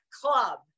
club